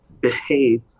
behave